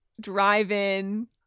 drive-in